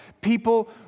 people